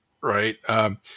right